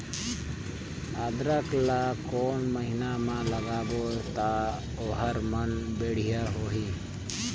अदरक ला कोन महीना मा लगाबो ता ओहार मान बेडिया होही?